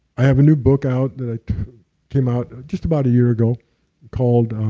i have a new book out, that came out just about a year ago called